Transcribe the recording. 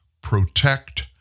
protect